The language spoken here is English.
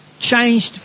Changed